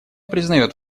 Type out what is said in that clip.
признает